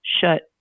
shut